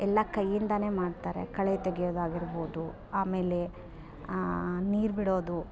ಎಲ್ಲ ಕೈಯಿಂದಾನೆ ಮಾಡ್ತಾರೆ ಖಳೆ ತೆಗೆಯೋದು ಆಗಿರ್ಬೋದು ಆಮೇಲೆ ನೀರು ಬಿಡೋದು